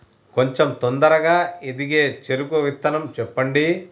కొంచం తొందరగా ఎదిగే చెరుకు విత్తనం చెప్పండి?